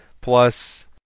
plus